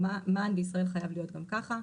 מען בישראל חייב להיות גם ככה.